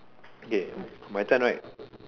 okay my turn right